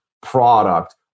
product